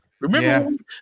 remember